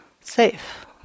safe